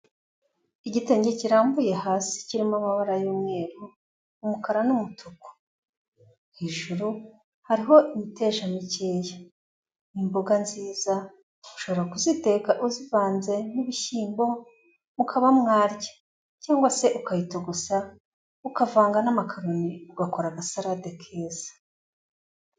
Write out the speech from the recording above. Igitenge kirambuye hasi kirimo amababara y'umweru, umukara n'umutuku. Hejuru hariho imitesha mikeya. Ni imboga nziza, ushobora kuziteka uzivanze n'ibishyimbo mukaba mwarya, cyangwa se ukayitogosa ukavanga n'amakaroni, ugakora agasarade keza.